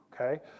okay